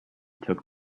took